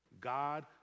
God